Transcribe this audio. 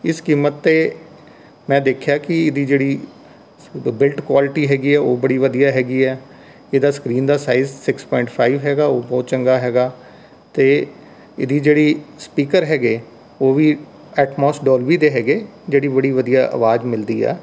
ਇਸ ਕੀਮਤ 'ਤੇ ਮੈਂ ਦੇਖਿਆ ਕਿ ਇਹਦੀ ਜਿਹੜੀ ਸ ਬਿਲਟ ਕਵਾਲਟੀ ਹੈਗੀ ਹੈ ਉਹ ਬੜੀ ਵਧੀਆ ਹੈਗੀ ਹੈ ਇਹਦਾ ਸਕਰੀਨ ਦਾ ਸਾਈਜ਼ ਸਿਕਸ ਪੁਆਇੰਟ ਫਾਈਵ ਹੈਗਾ ਉਹ ਬਹੁਤ ਚੰਗਾ ਹੈਗਾ ਅਤੇ ਇਹਦੀ ਜਿਹੜੀ ਸਪੀਕਰ ਹੈਗੇ ਉਹ ਵੀ ਐਟਮੋਸ ਡੌਲਬੀ ਦੇ ਹੈਗੇ ਜਿਹੜੀ ਬੜੀ ਵਧੀਆ ਆਵਾਜ਼ ਮਿਲਦੀ ਆ